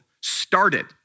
started